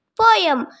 poem